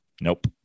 Nope